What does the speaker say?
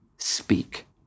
speak